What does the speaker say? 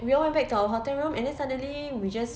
we all went back to our hotel room and then suddenly we just